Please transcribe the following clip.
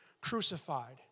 crucified